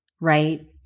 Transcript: Right